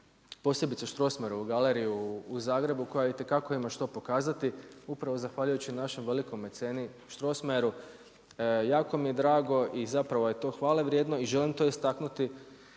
posebice Strossmayeru galeriju u Zagrebu koja itekako ima što pokazati, upravo zahvaljujući našem velikom meceni Strossmayeru. Jako bi je drago i zapravo je to hvalevrijedno i želim to istaknuti